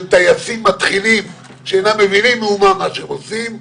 טייסים מתחילים שאינם מבינים מאומה במה שהם עושים,